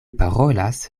parolas